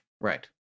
Right